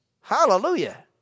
Hallelujah